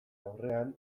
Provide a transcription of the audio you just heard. aurrean